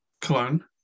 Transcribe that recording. Cologne